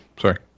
Sorry